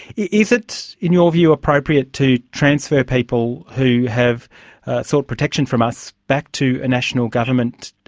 yeah is it, in your view, appropriate to transfer people who have sought protection from us back to a national government,